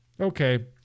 Okay